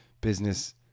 business